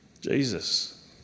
jesus